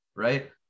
Right